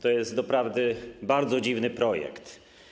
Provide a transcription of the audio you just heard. To jest doprawdy bardzo dziwny projekt.